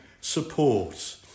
support